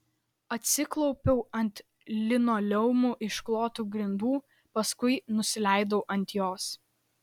atsiklaupiau ant linoleumu išklotų grindų paskui nusileidau ant jos